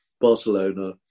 Barcelona